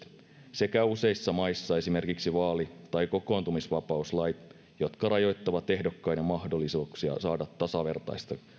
sekä useissa maissa esimerkiksi vaali tai kokoontumisvapauslait jotka rajoittavat ehdokkaiden mahdollisuuksia saada tasavertaista